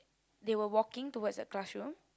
they were walking towards the classroom